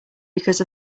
because